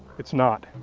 it's not.